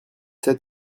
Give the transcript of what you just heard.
sept